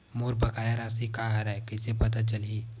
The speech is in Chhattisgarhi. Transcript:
मोर बकाया राशि का हरय कइसे पता चलहि?